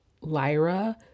Lyra